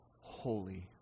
holy